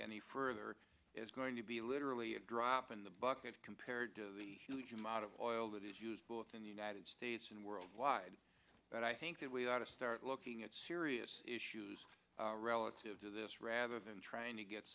any further is going to be literally a drop in the bucket compared to the huge amount of oil that is used both in the united states and worldwide and i think that we ought to start looking at serious issues relative to this rather than trying to get